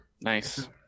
nice